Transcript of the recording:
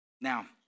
Now